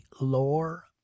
lore